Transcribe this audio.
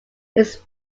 his